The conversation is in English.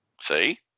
See